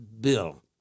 bill